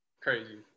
crazy